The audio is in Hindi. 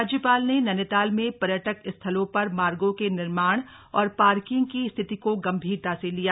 राज्यपाल ने नैनीताल में पर्यटक स्थलों पर मार्गों के निर्माण और पार्किंग की स्थिति को गम्भीरता से लिया